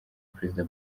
perezida